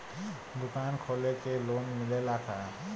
दुकान खोले के लोन मिलेला का?